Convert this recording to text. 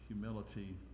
humility